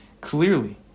Clearly